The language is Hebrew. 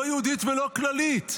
לא היהודית ולא הכללית.